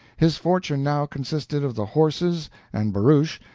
his fortune now consisted of the horses and barouche,